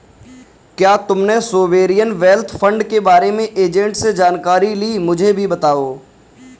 क्या तुमने sovereign wealth fund के बारे में एजेंट से जानकारी ली, मुझे भी बताओ